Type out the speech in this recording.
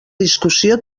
discussió